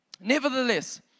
Nevertheless